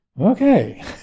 okay